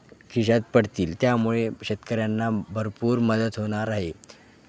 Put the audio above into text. खिशात पडतील त्यामुळे शेतकऱ्यांना भरपूर मदत होणार आहे